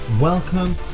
welcome